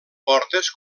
portes